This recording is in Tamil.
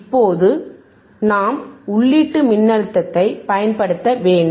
இப்போது நாம் உள்ளீட்டு மின்னழுத்தத்தைப் பயன்படுத்த வேண்டும்